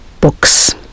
books